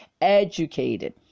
educated